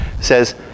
says